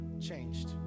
changed